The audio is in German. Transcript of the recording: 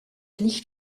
licht